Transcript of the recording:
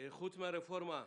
חוץ מהרפורמה,